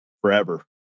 forever